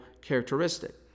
characteristic